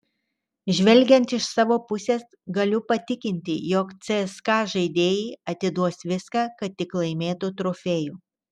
žvelgiant iš savo pusės galiu patikinti jog cska žaidėjai atiduos viską kad tik laimėtų trofėjų